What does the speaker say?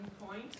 point